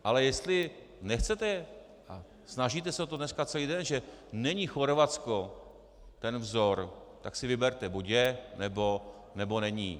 Ale jestli nechcete, a snažíte se o to dneska celý den, že není Chorvatsko ten vzor, tak si vyberte buď je, nebo není.